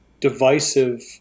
divisive